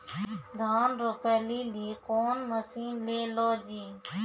धान रोपे लिली कौन मसीन ले लो जी?